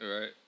Right